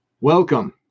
Welcome